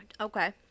Okay